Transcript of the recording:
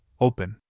open